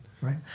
right